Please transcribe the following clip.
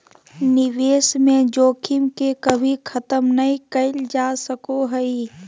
निवेश में जोखिम के कभी खत्म नय कइल जा सको हइ